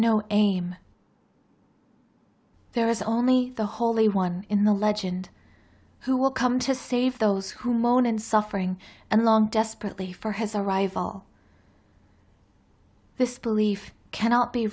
no aim there is only the holy one in the legend who will come to save those who moan and suffering and long desperately for has a rival this belief cannot be